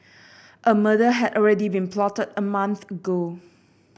a murder had already been plotted a month ago